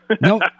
No